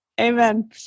Amen